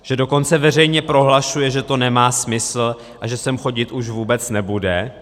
Že dokonce veřejně prohlašuje, že to nemá smysl a že sem chodit už vůbec nebude?